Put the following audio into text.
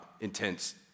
intense